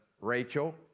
Rachel